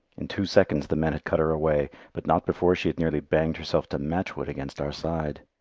in two seconds the men had cut her away, but not before she had nearly banged herself to matchwood against our side.